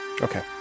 Okay